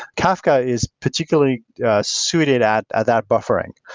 kafka is particularly suited at at that buffering.